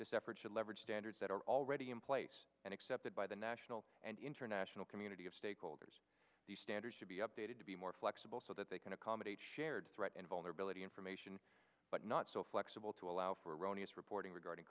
this effort should leverage standards that are already in place and accepted by the national and international community of stakeholders the standards should be updated to be more flexible so that they can accommodate shared threat and vulnerability information but not so flexible to allow for erroneous reporting regarding